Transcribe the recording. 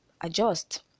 adjust